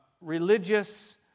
religious